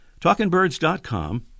TalkingBirds.com